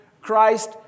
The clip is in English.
Christ